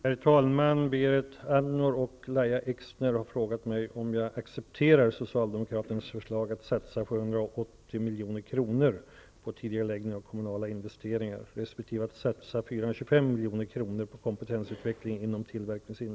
Enligt AMS kommer den öppna arbetslösheten i sommar att nå 6 % och nästa sommar 7 %. Arbetsmarknadsminister Börje Hörnlund har förklarat att regeringen skall se till att arbetslösheten blir klart lägre än så.